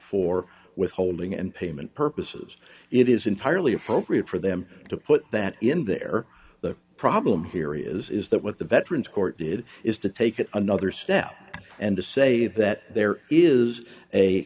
for withholding and payment purposes it is entirely appropriate for them to put that in there the problem here is that what the veterans court did is to take it another step and to say that there is a